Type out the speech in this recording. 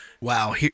wow